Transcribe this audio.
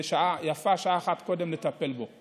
ויפה שעה אחת קודם לטפל בו.